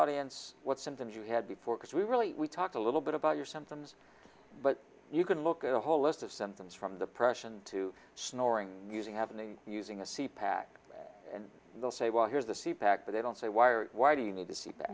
audience what symptoms you had before because we really we talk a little bit about your sometimes but you can look at a whole list of symptoms from the pression to snoring using avenue using a c pack and they'll say well here's a c back but they don't say why or why do you need to see th